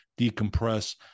decompress